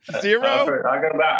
Zero